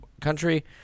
country